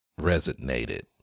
resonated